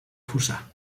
fossar